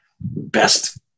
best